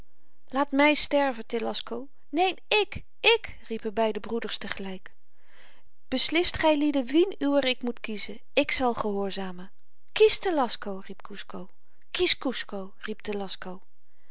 laat my sterven telasco neen ik ik riepen beide broeders tegelyk beslist gylieden wien uwer ik moet kiezen ik zal gehoorzamen kies telasco riep kusco kies kusco